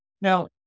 Now